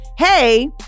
hey